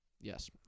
Yes